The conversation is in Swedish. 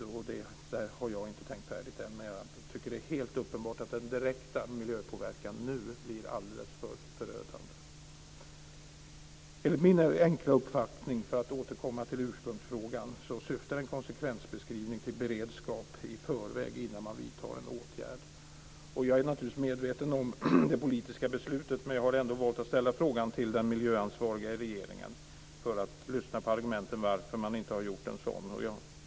I det avseendet har jag inte tänkt färdigt än, men jag tycker att det är uppenbart att den direkta miljöpåverkan blir förödande. Enligt min enkla uppfattning, för att återkomma till ursprungsfrågan, syftar en konsekvensbeskrivning till beredskap i förväg, innan man vidtar en åtgärd. Jag är naturligtvis medveten om det politiska beslutet, men jag har ändå valt att ställa frågan till den miljöansvarige i regeringen för att jag skulle få lyssna till argumenten för att man inte har gjort en sådan konsekvensbeskrivning.